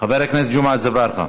חבר הכנסת ג'מעה אזברגה.